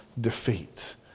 defeat